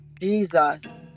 Jesus